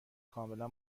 کاملا